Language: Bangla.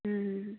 হুম হুম হুম